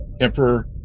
Emperor